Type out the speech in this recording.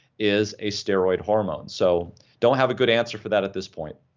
is a steroid hormone, so don't have a good answer for that at this point,